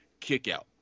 kickout